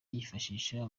yifashishwa